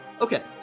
Okay